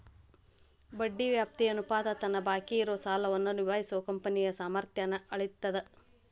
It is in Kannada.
ಬಡ್ಡಿ ವ್ಯಾಪ್ತಿ ಅನುಪಾತ ತನ್ನ ಬಾಕಿ ಇರೋ ಸಾಲವನ್ನ ನಿಭಾಯಿಸೋ ಕಂಪನಿಯ ಸಾಮರ್ಥ್ಯನ್ನ ಅಳೇತದ್